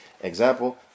example